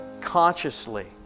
consciously